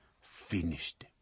finished